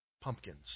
pumpkins